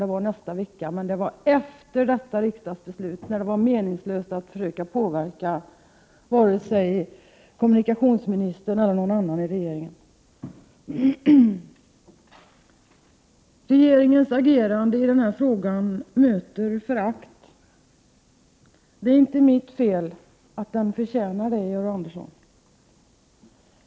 Det var i alla händelser efter detta riksdagsbeslut — när det skulle vara meningslöst att försöka påverka vare sig kommunikationsministern eller någon annan i regeringen. Regeringens agerande i den är frågan möter förakt. Det är inte mitt fel att den förtjänar det, Georg Andersson.